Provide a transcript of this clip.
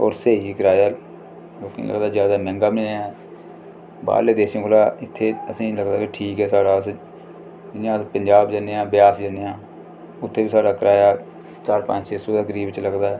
ओह् स्हेई कराया लोकें लगदा ज्यादा मैंह्गा बी नि ऐ बाह्रले देशें कोला इत्थें असेंगी लगदा कि ठीक ऐ साढ़ा अस इ'यां अस पंजाब जन्ने आं ब्यास जन्ने आं उत्थें बी साढ़ा कराया चार पंज छे सौ दे करीब च लगदा ऐ